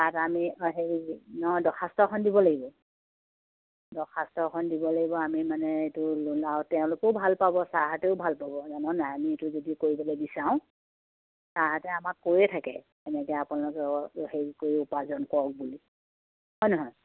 তাত আমি হেৰি নহয় দৰ্খাস্তখন দিব লাগিব দৰ্খাস্তখন দিব লাগিব আমি মানে এইটো লোন আৰু তেওঁলোকেও ভাল পাব ছাৰহঁতেও ভাল পাব জানো নাই আমি এইটো যদি কৰিবলৈ বিচাৰোঁ ছাৰহঁতে আমাক কৈয়ে থাকে এনেকে আপোনালোকে হেৰি কৰি উপাৰ্জন কৰক বুলি হয় নহয়